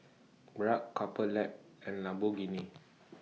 Bragg Couple Lab and Lamborghini